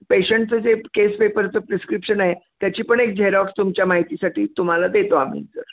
पेशंटचं जे केस पेपरचं प्रिस्क्रिप्शन आहे त्याची पण एक झेरॉक्स तुमच्या माहितीसाठी तुम्हाला देतो आम्ही सर